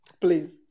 please